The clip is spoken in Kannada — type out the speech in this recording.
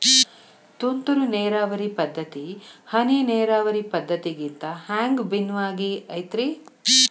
ತುಂತುರು ನೇರಾವರಿ ಪದ್ಧತಿ, ಹನಿ ನೇರಾವರಿ ಪದ್ಧತಿಗಿಂತ ಹ್ಯಾಂಗ ಭಿನ್ನವಾಗಿ ಐತ್ರಿ?